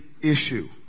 issue